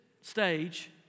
stage